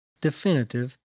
definitive